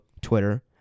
Twitter